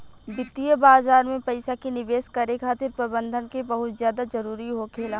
वित्तीय बाजार में पइसा के निवेश करे खातिर प्रबंधन के बहुत ज्यादा जरूरी होखेला